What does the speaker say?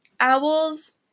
Owls